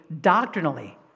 doctrinally